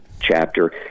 chapter